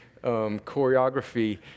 choreography